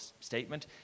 statement